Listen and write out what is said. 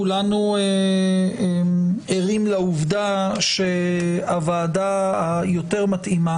כולנו ערים לעובדה שהוועדה היותר מתאימה